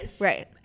Right